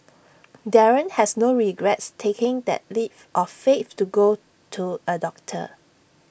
Darren has no regrets taking that leap of faith to go to A doctor